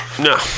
No